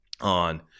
on